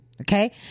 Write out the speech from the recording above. Okay